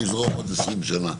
יזרמו עוד 20 שנה.